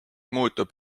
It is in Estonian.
muutub